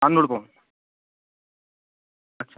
तांदूळ पाहून अच्छा